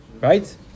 right